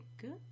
good